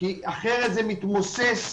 אחרת זה מתמוסס,